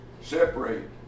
Separate